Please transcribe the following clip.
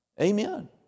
Amen